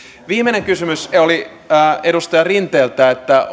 viimeinen kysymys oli edustaja rinteeltä että